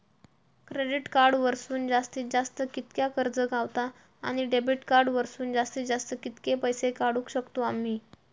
Credit card वरसून जास्तीत जास्त कितक्या कर्ज गावता, आणि डेबिट कार्ड वरसून जास्तीत जास्त कितके पैसे काढुक शकतू आम्ही?